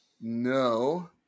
No